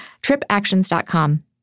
tripactions.com